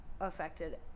affected